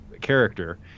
character –